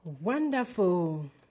Wonderful